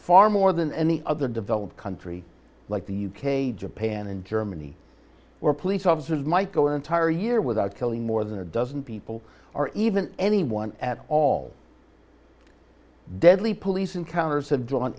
far more than any other developed country like the u k japan and germany where police officers might go entire year without killing more than a dozen people are even anyone at all deadly police encounters have drawn